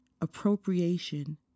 appropriation